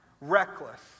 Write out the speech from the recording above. reckless